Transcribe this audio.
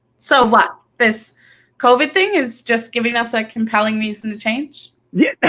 so what, this covid thing is just giving us a compelling reason to change? yeah,